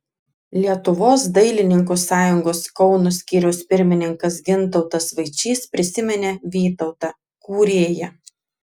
lietuvos dailininkų sąjungos kauno skyriaus pirmininkas gintautas vaičys prisiminė vytautą kūrėją